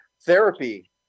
therapy